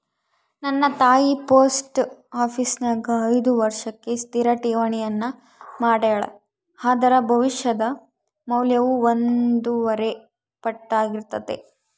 ನನ್ನ ತಾಯಿ ಪೋಸ್ಟ ಆಪೀಸಿನ್ಯಾಗ ಐದು ವರ್ಷಕ್ಕೆ ಸ್ಥಿರ ಠೇವಣಿಯನ್ನ ಮಾಡೆಳ, ಅದರ ಭವಿಷ್ಯದ ಮೌಲ್ಯವು ಒಂದೂವರೆ ಪಟ್ಟಾರ್ಗಿತತೆ